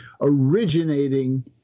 originating